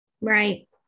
Right